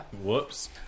Whoops